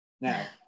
Now